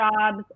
jobs